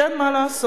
כי אין מה לעשות.